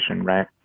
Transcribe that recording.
right